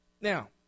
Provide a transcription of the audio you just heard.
Now